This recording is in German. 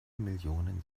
millionen